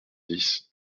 dix